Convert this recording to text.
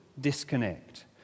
disconnect